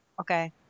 okay